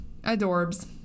adorbs